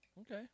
Okay